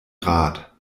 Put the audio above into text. rat